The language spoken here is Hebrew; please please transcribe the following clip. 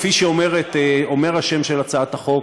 כפי שאומר השם של הצעת החוק,